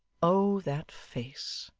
oh that face!